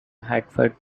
hartford